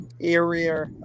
area